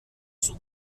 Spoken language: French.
sur